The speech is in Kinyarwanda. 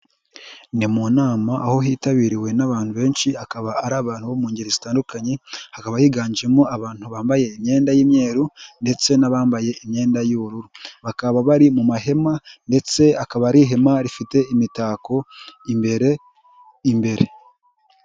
Ni mu nama aho tabiriwe n'abantu benshi, akaba ari abantu bo mu ngeri zitandukanye, hakaba higanjemo abantu bambaye imyenda y'imyeru ndetse n'abambaye imyenda y'ubururu, bakaba bari mu mahema ndetse akaba ari ihema rifite imitako imbere.